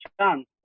chance